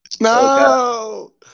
No